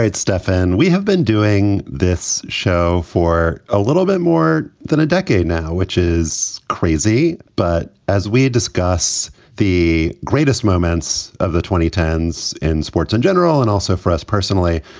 stefan, we have been doing this show for a little bit more than a decade now, which is crazy. but as we discuss the greatest moments of the twenty ten s in sports in general and also for us personally,